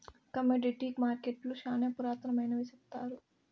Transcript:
commodity మార్కెట్టులు శ్యానా పురాతనమైనవి సెప్తారు